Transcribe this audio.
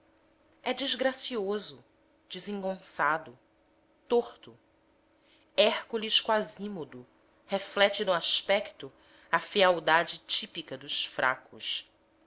é desgracioso desengonçado torto hércules quasímodo reflete no aspecto a fealdade típica dos fracos